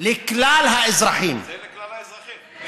לכלל האזרחים, זה לכלל האזרחים.